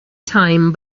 time